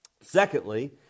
Secondly